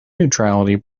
neutrality